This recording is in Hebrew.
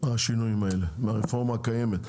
השינויים האלה ברפורמה הקיימת,